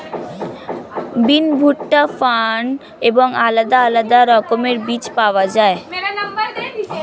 বিন, ভুট্টা, ফার্ন এবং আলাদা আলাদা রকমের বীজ পাওয়া যায়